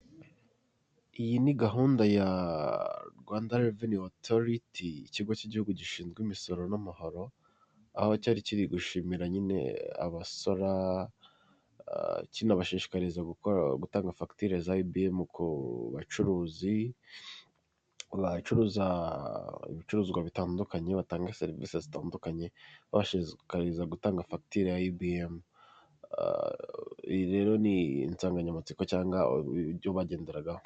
Iyi ni gahunda ya rwanda reveni otoriti, ikigo cy'igihugu gishinzwe imisoro n'amahoro aho cyari kiri gushimira nyine abasora, kibashishikariza gutanga fagitire za ibiyemu kubacuruzi batandukanye batanga serivisi zitandukanye, babashishikariza gutanga fagitire ya ibiyeme rero ni insanganyamatsiko cyangwa ibyo bagenderagaho.